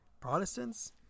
Protestants